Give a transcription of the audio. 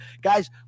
Guys